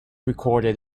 recorded